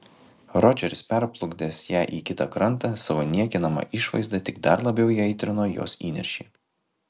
rodžeris perplukdęs ją į kitą krantą savo niekinama išvaizda tik dar labiau įaitrino jos įniršį